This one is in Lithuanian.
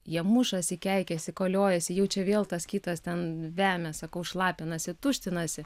jie mušasi keikiasi koliojasi jau čia vėl tas kitas ten vemia sakau šlapinasi tuštinasi